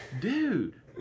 Dude